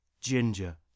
Ginger